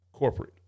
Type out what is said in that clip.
Corporate